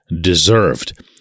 deserved